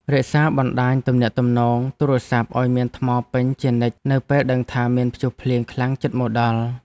រក្សាបណ្តាញទំនាក់ទំនងទូរស័ព្ទឱ្យមានថ្មពេញជានិច្ចនៅពេលដឹងថាមានព្យុះភ្លៀងខ្លាំងជិតមកដល់។